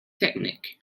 techniques